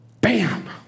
bam